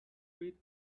rid